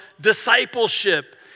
discipleship